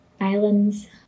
islands